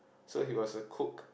so he was a cook